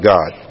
God